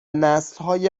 نسلهای